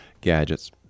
gadgets